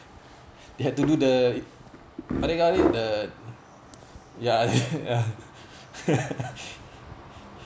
they had to do the the uh ya